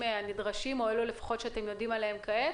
הנדרשים או לפחות אלה שאתם יודעים עליהם כעת?